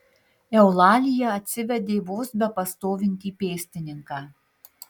eulalija atsivedė vos bepastovintį pėstininką